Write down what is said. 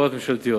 הצריכה.